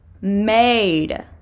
made